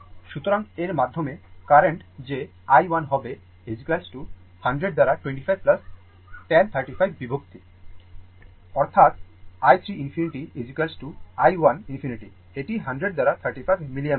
সুতরাং এর মাধ্যমে কারেন্ট যে i 1 হবে 100 দ্বারা 25 10 35 বিভক্ত অর্থাৎ i 3 ∞ i 1 ∞ এটি 100 দ্বারা 35 অ্যাম্পিয়ার